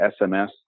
SMS